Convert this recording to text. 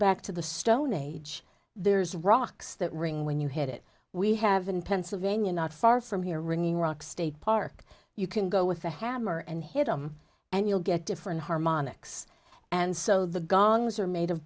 back to the stone age there's rocks that ring when you hit it we have in pennsylvania not far from here ringing rock state park you can go with a hammer and hit them and you'll get different harmonics and so the gong zur made of